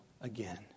again